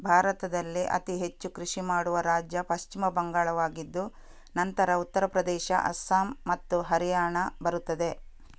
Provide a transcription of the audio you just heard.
ಭಾರತದಲ್ಲಿ ಅತಿ ಹೆಚ್ಚು ಕೃಷಿ ಮಾಡುವ ರಾಜ್ಯ ಪಶ್ಚಿಮ ಬಂಗಾಳವಾಗಿದ್ದು ನಂತರ ಉತ್ತರ ಪ್ರದೇಶ, ಅಸ್ಸಾಂ ಮತ್ತು ಹರಿಯಾಣ ಬರುತ್ತದೆ